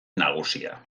nagusia